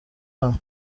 aho